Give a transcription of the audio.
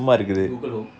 Google home